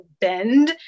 bend